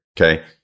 okay